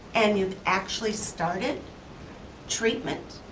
and you've actually started treatment,